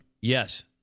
Yes